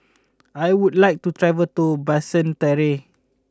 I would like to travel to Basseterre